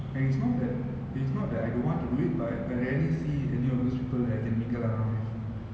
and it's not that it's not that I don't want to do it but I rarely see any of those people that I can mingle around with